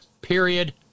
period